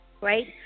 Right